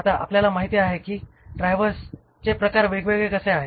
आता आपल्याला माहित आहे की ड्रायव्हर्सचे प्रकार वेगवेगळे कसे आहेत